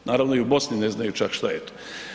Naravno i u Bosni ne znaju čak šta je to.